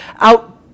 out